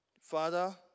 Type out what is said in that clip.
Father